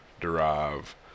derive